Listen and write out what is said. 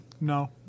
No